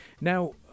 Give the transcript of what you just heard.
Now